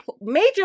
major